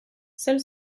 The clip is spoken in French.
seule